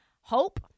Hope